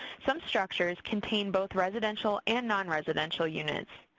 some structures contain both residential and nonresidential units,